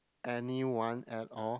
anyone at all